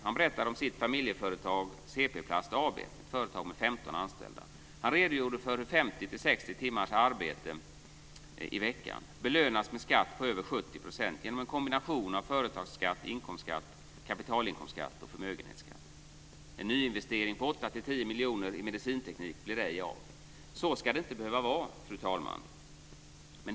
Han berättade om sitt familjeföretag Ce Pe Plast AB, ett företag med 15 ansställda. Han redogjorde för hur 50-60 timmars arbete i veckan belönas med en beskattning om över 70 % genom en kombination av företagsskatt, inkomstskatt, kapitalinkomstskatt och förmögenhetsskatt. En nyinvestering om 8-10 miljoner i medicinteknik blir ej av. Så ska det inte behöva vara, fru talman.